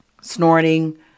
snorting